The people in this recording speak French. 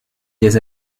des